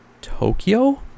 Tokyo